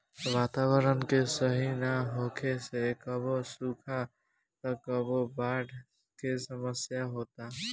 वातावरण के सही ना होखे से कबो सुखा त कबो बाढ़ के समस्या होता